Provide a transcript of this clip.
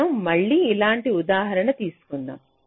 కాబట్టి మనం మళ్ళీ ఇలాంటి ఉదాహరణ తీసుకుందాం